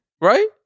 Right